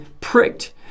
pricked